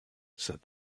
said